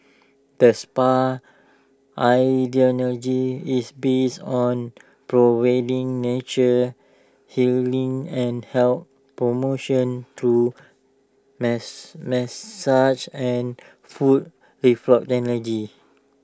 the spa's ideology is based on providing natural healing and health promotion through massage and foot reflexology